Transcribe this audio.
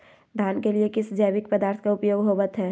धान के लिए किस जैविक पदार्थ का उपयोग होवत है?